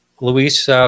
Luis